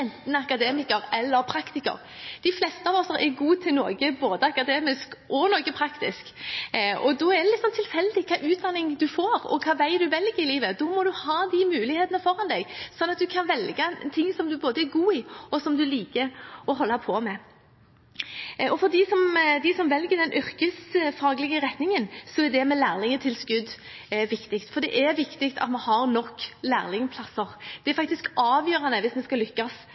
enten akademiker eller praktiker. De fleste av oss er gode til noe både akademisk og praktisk, og da er det litt tilfeldig hva slags utdanning man får og hvilken vei man velger i livet. Da må man ha de mulighetene foran seg, sånn at man kan velge ting som man både er god i og liker å holde på med. For dem som velger den yrkesfaglige retningen, er lærlingtilskudd viktig. Det er viktig at vi har nok lærlingplasser, det er faktisk avgjørende hvis vi skal lykkes